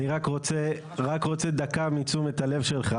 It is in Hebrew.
אני רק רוצה דקה מתשומת הלב שלך,